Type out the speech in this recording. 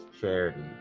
charity